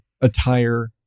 attire